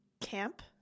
camp